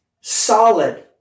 solid